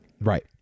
Right